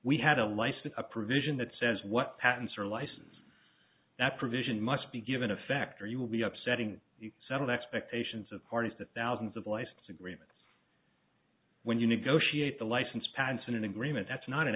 we had a license a provision that says what patents are license that provision must be given a factory will be upsetting some of the expectations of parties to thousands of license agreements when you negotiate the license patents in an agreement that's not an